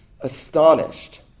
astonished